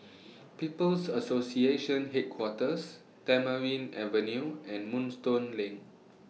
People's Association Headquarters Tamarind Avenue and Moonstone Lane